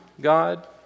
God